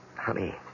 Honey